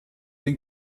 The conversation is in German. den